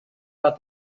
about